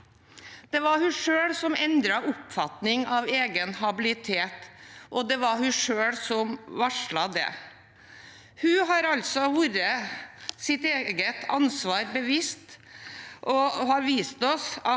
Det var hun selv som endret oppfatning av egen habilitet, og det var hun selv som varslet. Hun har altså vært seg sitt eget ansvar bevisst og har vist oss at